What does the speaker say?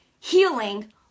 healing